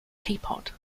teapot